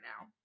now